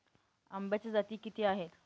आंब्याच्या जाती किती आहेत?